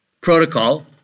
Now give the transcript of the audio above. protocol